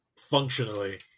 functionally